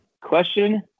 Question